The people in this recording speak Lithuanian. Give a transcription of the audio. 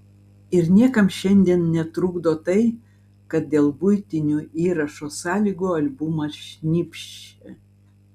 ir niekam šiandien netrukdo tai kad dėl buitinių įrašo sąlygų albumas šnypščia